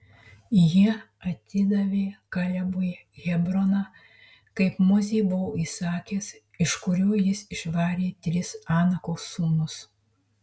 jie atidavė kalebui hebroną kaip mozė buvo įsakęs iš kurio jis išvarė tris anako sūnus